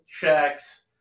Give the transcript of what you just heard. checks